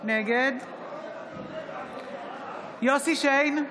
נגד יוסף שיין,